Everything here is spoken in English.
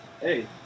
Hey